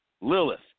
Lilith